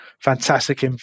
fantastic